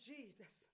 Jesus